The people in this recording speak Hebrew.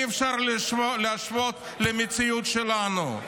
אי-אפשר להשוות למציאות שלנו.